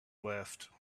left